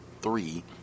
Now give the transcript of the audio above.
three